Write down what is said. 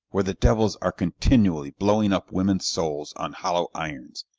where the devils are continually blowing up women's souls on hollow irons,